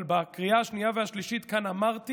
אבל בקריאה השנייה והשלישית כאן אמרתי